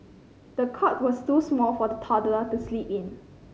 the cot was too small for the toddler to sleep in